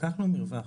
לקחנו מרווח